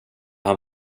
han